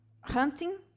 hunting